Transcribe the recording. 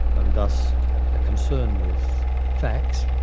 and thus a concern with facts,